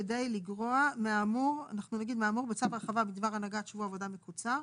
כדי לגרוע מהאמור בצו הרחבה בדבר הנהגת שבוע עבודה מקוצר.".